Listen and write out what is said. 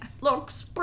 Looks